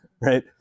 Right